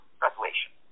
graduation